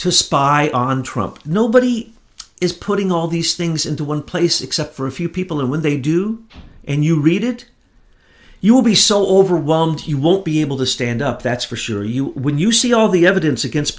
to spy on trump nobody is putting all these things into one place except for a few people and when they do and you read it you will be so all overwhelmed you won't be able to stand up that's for sure you when you see all the evidence against